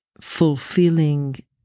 fulfilling